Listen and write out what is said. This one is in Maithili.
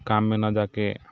काममे नहि जाके